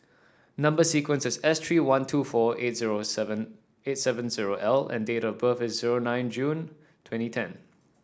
number sequence is S three one two four eight zero seven eight seven zero L and date of birth is zero nine June twenty ten